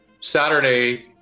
Saturday